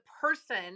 person